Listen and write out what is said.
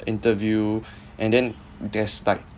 interview and then there's like